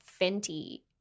Fenty